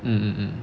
mm mm mm